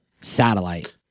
satellite